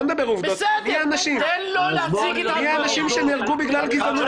בוא נדבר עובדות מי האנשים שנהרגו בגלל גזענות?